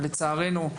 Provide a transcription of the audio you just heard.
ולצערנו,